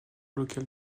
local